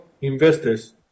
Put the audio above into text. investors